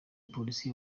polisi